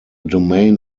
domain